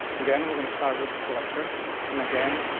again. we're gonna start with selector and again,